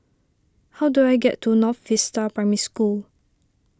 how do I get to North Vista Primary School